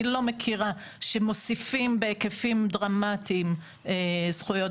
אני לא מכירה שמוסיפים בהיקפים דרמטיים זכויות